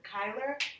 Kyler